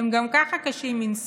הן גם ככה קשות מנשוא.